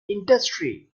industry